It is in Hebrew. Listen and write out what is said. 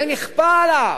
זה נכפה עליו,